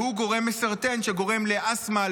שהוא גורם מסרטן שגורם לאסטמה,